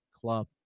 club